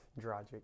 Dragic